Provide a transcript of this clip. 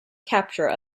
capture